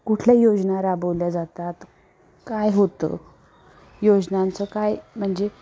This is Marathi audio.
कुठल्या योजना राबवल्या जातात काय होतं योजनांचं काय म्हणजे